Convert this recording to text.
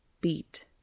beat